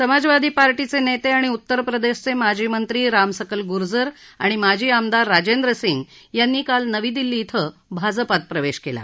समाजवादी पार्टीचे नेते आणि उत्तरप्रदेशाचे माजी मंत्री रामसकल गुर्जर आणि माजी आमदार राजेंद्र सिंग यांनी काल नवी दिल्ली िंग भाजपात प्रवेश केला